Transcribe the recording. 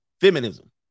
feminism